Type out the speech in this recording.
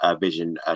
Vision